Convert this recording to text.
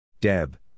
Deb